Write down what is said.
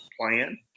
plan